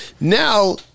Now